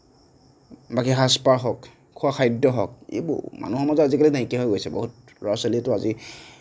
বাকী সাজ পাৰ হওক খোৱা খাদ্য হওক এইবোৰ মানুহৰ মাজত আজিকালি নাইকিয়া হৈ গৈছে বহুত ল'ৰা ছোৱালীয়েতো আজি